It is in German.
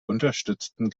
unterstützten